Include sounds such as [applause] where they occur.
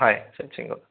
হয় চব [unintelligible]